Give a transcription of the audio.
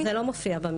לא, זה לא מופיע במסמך.